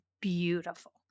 beautiful